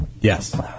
Yes